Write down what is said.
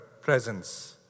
presence